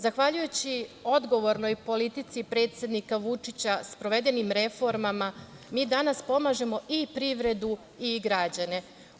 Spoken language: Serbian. Zahvaljujući odgovornoj politici predsednika Vučića i sprovedenim reformama mi danas pomažemo i privredu i građane.